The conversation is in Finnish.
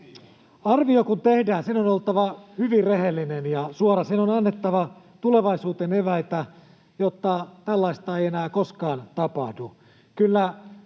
Arvio kun tehdään, sen on oltava hyvin rehellinen ja suora. Sen on annettava tulevaisuuteen eväitä, jotta tällaista ei enää koskaan tapahdu.